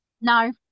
No